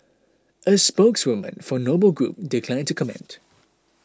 a spokeswoman for Noble Group declined to comment